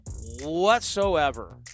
whatsoever